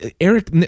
Eric